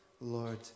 Lord